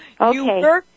Okay